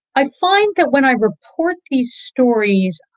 i find that when i report these stories,